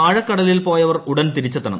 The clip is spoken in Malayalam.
ആഴക്കടലിൽ പോയവർ ഉടൻ തിരിച്ചെത്തണം